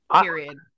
period